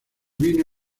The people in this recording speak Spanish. vino